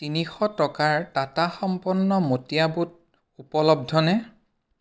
তিনিশ টকাৰ টাটা সম্পন্ন মটীয়া বুট উপলব্ধ নে